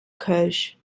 kölsch